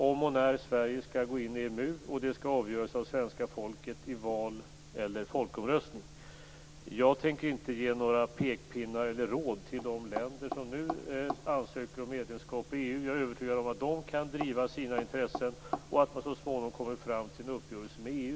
Om och när Sverige skall gå in i EMU är en senare fråga, och den skall avgöras av svenska folket i val eller folkomröstning. Jag tänker inte ge några pekpinnar eller råd till de länder som nu ansöker om medlemskap i EU. Jag är övertygad om att de kan driva sina intressen och att man så småningom kommer fram till en uppgörelse med EU.